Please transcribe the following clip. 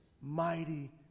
mighty